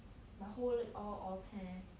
my whole leg all orh cheh